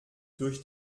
durch